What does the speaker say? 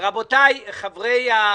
רבותיי, חברי,